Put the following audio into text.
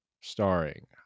starring